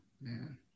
Man